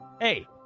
Hey